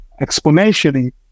Exponentially